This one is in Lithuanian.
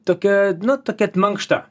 tokia nu tokia mankšta